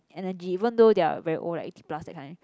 energy even though they are very old like eighty plus that kind